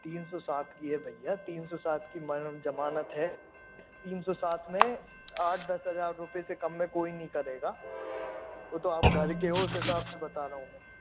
तीन सौ सात की है भैया तीन सौ सात की मरहम ज़मानत है तीन सौ सात में आठ दस हज़ार रुपये से कम में कोई नहीं करेगा वह तो आप घर के हो उस हिसाब से बता रहा हूँ मैं